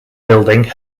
building